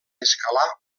escalar